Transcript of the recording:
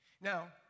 Now